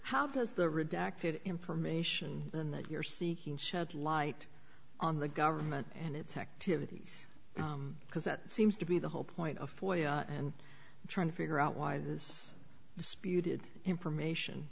how does the redacted information in that you're seeking shed light on the government and its activities because that seems to be the whole point of and trying to figure out why this disputed information